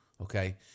okay